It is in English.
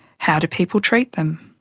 how do people treat them?